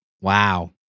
Wow